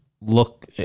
look